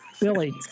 Billy